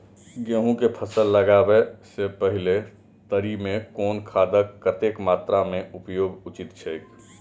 गेहूं के फसल लगाबे से पेहले तरी में कुन खादक कतेक मात्रा में उपयोग उचित छेक?